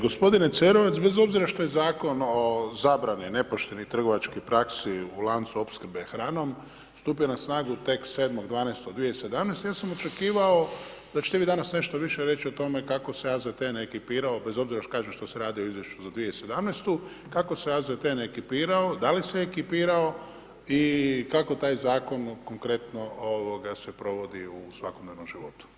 Gospodine Cerovac, bez obzira što je Zakon o zabrani nepoštenih trgovačkih praksi u lancu opskrbe hranom stupio na snagu tek 7.12.2017., ja sam očekivao da ćete vi danas nešto više reći o tome kako se AZTN ekipirao bez obzira, kažem, što se radi o izvješću za 2017., kako se AZTN ekipirao, da li se ekipirao i kako taj zakon konkretno se provodi u svakodnevnom životu.